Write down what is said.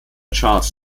charts